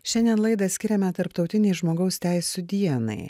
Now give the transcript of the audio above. šiandien laidą skiriame tarptautinei žmogaus teisių dienai